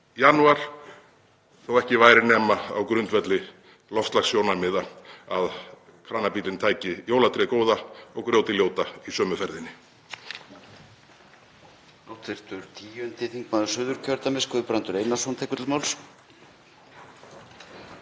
janúar þótt ekki væri nema á grundvelli loftslagssjónarmiða, að kranabíllinn tæki jólatréð góða og grjótið ljóta í sömu ferðinni.